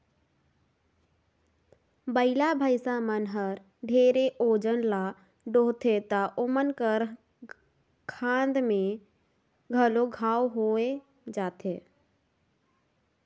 बइला, भइसा मन हर ढेरे ओजन ल डोहथें त ओमन कर खांध में घलो घांव होये जाथे